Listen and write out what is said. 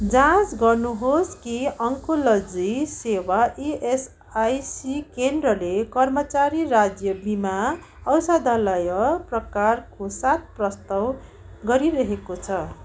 जाँच गर्नुहोस् कि ओन्कोलोजी सेवा ई एस आई सी केन्द्रले कर्मचारी राज्य बिमा औषधालय प्रकारको साथ प्रस्ताव गरिरहेको छ